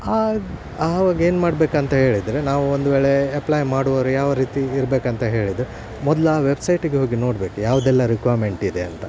ಆ ಆವಾಗೇನು ಮಾಡಬೇಕಂತ ಹೇಳಿದ್ರೆ ನಾವು ಒಂದು ವೇಳೆ ಎಪ್ಲೈ ಮಾಡುವವರು ಯಾವ ರೀತಿ ಇರಬೇಕಂತ ಹೇಳಿದರೆ ಮೊದ್ಲು ಆ ವೆಬ್ಸೈಟಿಗೆ ಹೋಗಿ ನೋಡಬೇಕು ಯಾವುದೆಲ್ಲ ರಿಕ್ವೈಮೆಂಟ್ ಇದೆ ಅಂತ